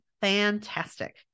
fantastic